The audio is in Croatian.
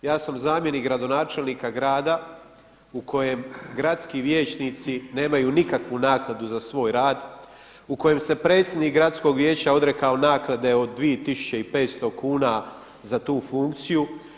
Ja sam zamjenik gradonačelnika grada u kojem gradski vijećnici nemaju nikakvu naknadu za svoj rad, u kojem se predsjednik gradskog vijeća odrekao naknade od 2500 kuna za tu funkciju.